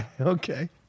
Okay